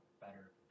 better